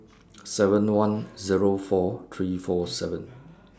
seven one Zero four three four seven